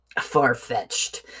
far-fetched